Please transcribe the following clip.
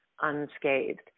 unscathed